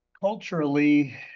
culturally